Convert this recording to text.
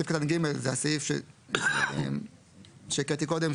סעיף קטן (ג) הוא הסעיף שהקראתי קודם,